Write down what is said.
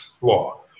law